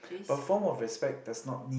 a form of respect does not mean